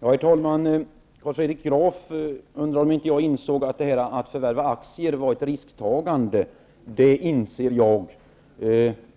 Herr talman! Carl Fredrik Graf undrar om inte jag insåg att förvärvandet av aktier var ett risktagande. Det inser jag.